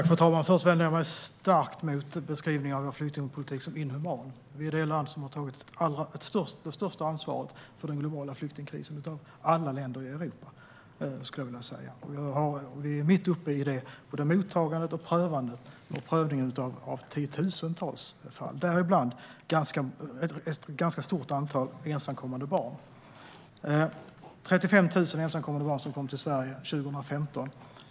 Fru talman! Först vänder jag mig starkt mot beskrivningen av vår flyktingpolitik som inhuman. Vi är det land som har tagit det största ansvaret för den globala flyktingkrisen av alla länder i Europa. Vi är mitt uppe i både mottagandet och prövningen av tiotusentals fall, däribland ett ganska stort antal ensamkommande barn. 35 000 ensamkommande barn kom till Sverige 2015.